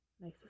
Nice